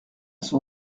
son